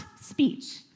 speech